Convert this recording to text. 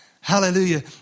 Hallelujah